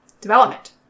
development